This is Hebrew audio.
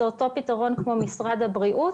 זה אותו פתרון כמו של משרד הבריאות,